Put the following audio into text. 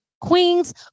Queens